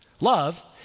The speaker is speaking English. Love